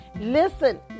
Listen